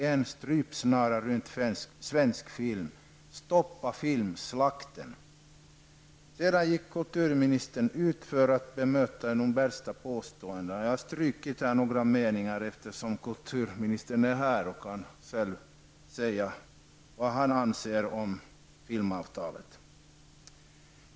''En strypsnara runt svensk film''. ''Stoppa filmslakten''. Därefter gick kulturministern ut för att bemöta de värsta påståendena. Jag har strukit några meningar i mitt manus eftersom kulturministern är närvarande och själv kan säga vad han anser om filmavtalet.